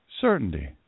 Certainty